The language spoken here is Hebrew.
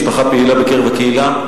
משפחה פעילה בקרב הקהילה.